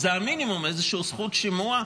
זה המינימום, איזושהי זכות שימוע.